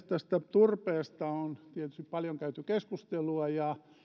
tästä turpeesta on tietysti paljon käyty keskustelua ja